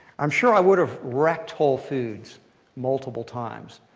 i'm sure i would have wrecked whole foods multiple times.